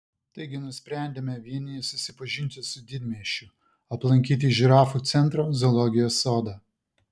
taigi nusprendėme vieni susipažinti su didmiesčiu aplankyti žirafų centrą zoologijos sodą